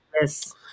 Yes